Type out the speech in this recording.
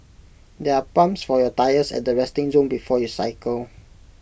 there are pumps for your tyres at the resting zone before you cycle